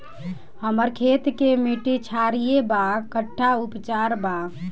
हमर खेत के मिट्टी क्षारीय बा कट्ठा उपचार बा?